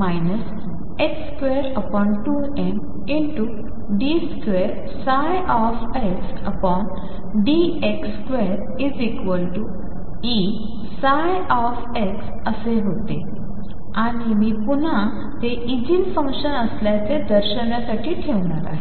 22md2xdx2Eψअसे होते आणि मी पुन्हा ते ईजीन फंक्शन असल्याचे दर्शविण्यासाठी ठेवणार आहे